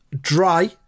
dry